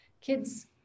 kids